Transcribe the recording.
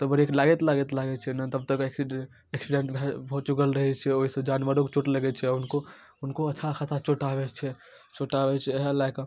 तऽ ब्रेक लागैत लागैत लागैत छैने तबतक एक्सीडे एक्सीडेन्ट भऽ भऽ चुकल रहै छै ओइसँ जानवरोके चोट लगै छै आओर हुनको हुनको अच्छा खासा चोट आबै छै चोट आबै छै इएह लए कऽ